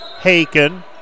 Haken